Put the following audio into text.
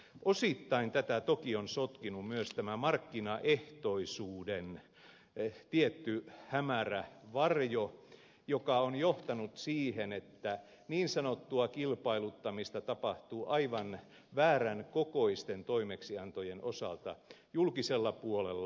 osittain tätä toki on sotkenut myös tämä markkinaehtoisuuden tietty hämärä varjo joka on johtanut siihen että niin sanottua kilpailuttamista tapahtuu aivan väärän kokoisten toimeksiantojen osalta julkisella puolella